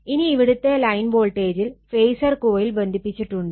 ഇനി ഇവിടത്തെ ലൈൻ വോൾട്ടേജിൽ ഫേസർ കോയിൽ ബന്ധിപ്പിച്ചിട്ടുണ്ട്